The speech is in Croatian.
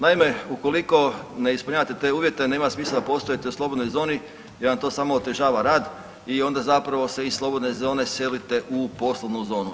Naime, ukoliko ne ispunjavate te uvjete nema smisla poslovati u slobodnoj zoni jer vam to samo otežava rad i onda se iz slobodne zone selite u poslovnu zonu.